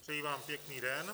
Přeji vám pěkný den.